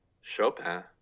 chopin